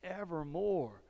evermore